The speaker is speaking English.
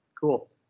Cool